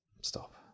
stop